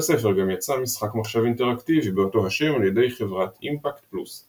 לספר גם יצא משחק מחשב אינטראקטיבי באותו השם על ידי חברת Impact Plus.